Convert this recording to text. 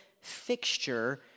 fixture